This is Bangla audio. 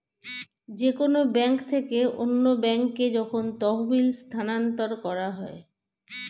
যে কোন ব্যাংক থেকে অন্য ব্যাংকে যখন তহবিল স্থানান্তর করা হয়